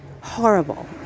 horrible